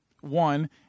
one